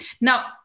now